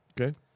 Okay